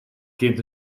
kind